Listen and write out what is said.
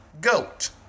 goat